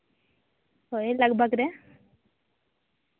ᱦᱳᱭ ᱞᱟᱜᱽ ᱵᱷᱟᱜᱽ ᱨᱮ